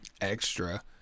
extra